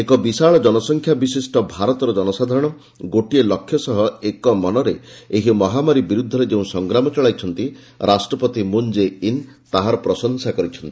ଏକ ବିଶାଳ ଜନସଂଖ୍ୟା ବିଶିଷ୍ଟ ଭାରତର ଜନସାଧାରଣ ଗୋଟିଏ ଲକ୍ଷ୍ୟ ସହ ଏକମନରେ ଏହି ମହାମାରୀ ବିରୁଦ୍ଧରେ ଯେଉଁ ସଂଗ୍ରାମ ଚଳାଇଛନ୍ତି ରାଷ୍ଟ୍ରପତି ମୁନ୍ ଜେ ଇନ୍ ତାହାର ପ୍ରଶଂସା କରିଛନ୍ତି